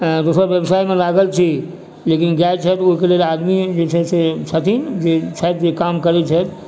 दोसर व्यवसायमे लागल छी लेकिन गाए छै ओहिके लेल आदमी जे छै से छथिन जे छथि जे काम करै छथि